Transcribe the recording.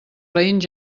veïns